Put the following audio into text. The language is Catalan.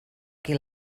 qui